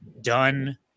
done